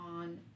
on